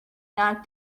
not